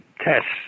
tests